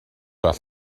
all